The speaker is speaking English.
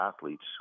athletes